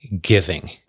giving